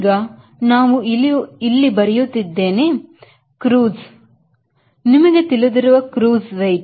ಈಗ ನಾವು ಇಲ್ಲಿ ಬರುತ್ತಿದ್ದ್ದೇನೆ cruise ನಿಮಗೆ ತಿಳಿದಿರುವ cruise weight